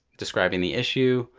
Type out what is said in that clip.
describing the issue,